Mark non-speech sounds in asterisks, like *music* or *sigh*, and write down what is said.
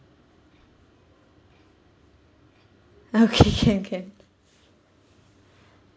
*laughs* okay can can